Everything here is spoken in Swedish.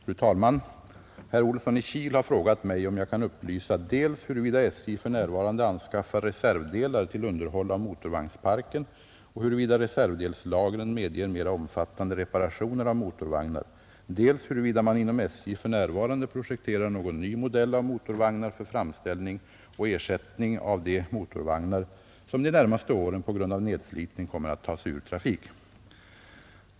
Fru talman! Herr Olsson i Kil har frågat mig om jag kan upplysa dels huruvida SJ för närvarande anskaffar reservdelar till underhåll av motorvagnsparken och huruvida reservdelslagren medger mera omfattande reparationer av motorvagnar, dels huruvida man inom SJ för närvarande projekterar någon ny modell av motorvagnar för framställning och ersättning av de motorvagnar, som de närmaste åren på grund av nedslitning kommer att tas ur trafik.